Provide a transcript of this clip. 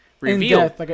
reveal